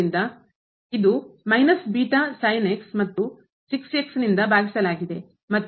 ಆದ್ದರಿಂದ ಇದು ಮತ್ತು ಭಾಗಿಸಲಾಗಿದೆ